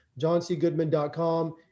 johncgoodman.com